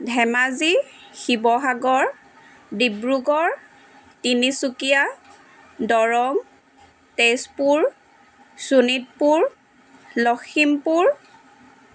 Dhemaji Sivasagar Dibrugarh Tinsukia Darrang Tezpur Sonitpur Lakhimpur